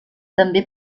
també